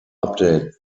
update